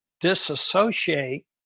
disassociate